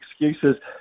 excuses